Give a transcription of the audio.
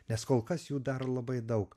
nes kol kas jų dar labai daug